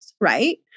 right